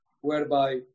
whereby